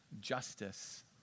justice